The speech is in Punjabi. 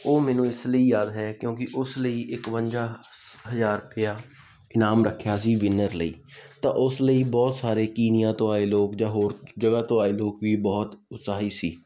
ਉਹ ਮੈਨੂੰ ਇਸ ਲਈ ਯਾਦ ਹੈ ਕਿਉਂਕਿ ਉਸ ਲਈ ਇੱਕਵੰਜਾ ਹਜ਼ਾਰ ਰੁਪਇਆ ਇਨਾਮ ਰੱਖਿਆ ਸੀ ਵਿਨਰ ਲਈ ਤਾਂ ਉਸ ਲਈ ਬਹੁਤ ਸਾਰੇ ਕੀਨੀਆ ਤੋਂ ਆਏ ਲੋਕ ਜਾਂ ਹੋਰ ਜਗ੍ਹਾ ਤੋਂ ਆਏ ਲੋਕ ਵੀ ਬਹੁਤ ਉਤਸਾਹੀ ਸੀ